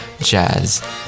jazz